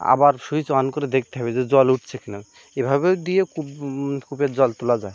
আবার switch on করে দেখতে হবে যে জল উঠছে কি না এভাবে দিয়ে কূপ কূপের জল তোলা যায়